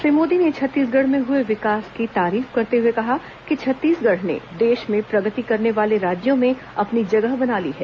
श्री मोदी ने छत्तीसगढ़ में हुए विकास की तारीफ करते हुए कहा कि छत्तीसगढ़ ने देश में प्रगति करने वाले राज्यों में अपनी जगह बना ली है